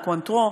או קוואנטרו.